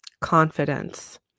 confidence